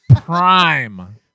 prime